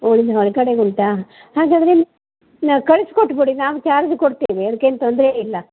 ಹೊರ್ಗಡೆಗೆ ಉಂಟಾ ಹಾಗಾದರೆ ನಾನು ಕಳ್ಸಿ ಕೊಟ್ಬಿಡಿ ನಾನು ಚಾರ್ಜ್ ಕೊಡ್ತೇನೆ ಅದ್ಕೇನು ತೊಂದರೆ ಇಲ್ಲ